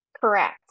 Correct